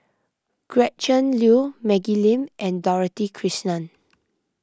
Gretchen Liu Maggie Lim and Dorothy Krishnan